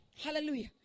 Hallelujah